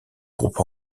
groupe